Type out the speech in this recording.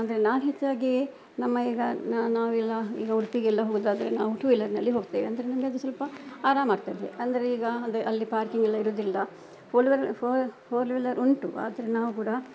ಅಂದರೆ ನಾನು ಹೆಚ್ಚಾಗಿ ನಮ್ಮ ಈಗ ನಾವೆಲ್ಲ ಈಗ ಉಡುಪಿಗೆಲ್ಲ ಹೋದಾಗ ನಾವು ಟೂ ವೀಲರ್ನಲ್ಲಿ ಹೋಗ್ತೇವೆ ಅಂದರೆ ನಮಗೆ ಅದು ಸ್ವಲ್ಪ ಆರಾಮಾಗ್ತದೆ ಅಂದರೆ ಈಗ ಅದೆ ಅಲ್ಲಿ ಪಾರ್ಕಿಂಗೆಲ್ಲ ಇರೋದಿಲ್ಲ ಫೋರ್ ವೀ ಫೋರ್ ಫೋರ್ ವೀಲರ್ ಉಂಟು ಆದರೆ ನಾವು ಕೂಡ